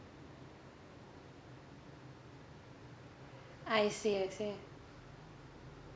I see I see